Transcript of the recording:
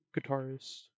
guitarist